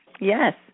Yes